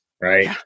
right